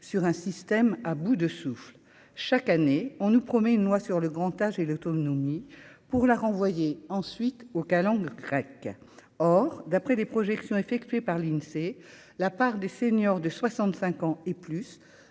sur un système à bout de souffle, chaque année on nous promet une loi sur le grand âge et l'autonomie pour la renvoyer ensuite aux calendes grecques, or, d'après les projections effectuées par l'Insee, là par des seniors de 65 ans et plus,